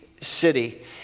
city